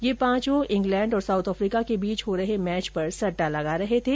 ये पांचों आरोपी इंग्लैंड और साउथ अफ्रीका के बीच हो रहे मैच पर सट्टा लगा रहे थे